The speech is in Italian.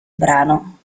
brano